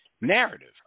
narrative